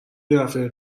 یدفعه